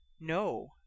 No